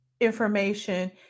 information